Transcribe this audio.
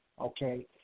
okay